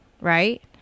right